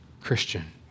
Christian